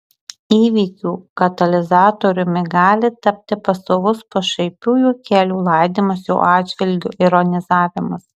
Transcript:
įvykių katalizatoriumi gali tapti pastovus pašaipių juokelių laidymas jo atžvilgiu ironizavimas